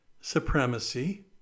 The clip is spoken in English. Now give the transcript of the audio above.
supremacy